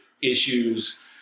issues